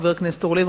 חבר הכנסת אורלב,